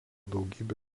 daugybę